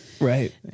Right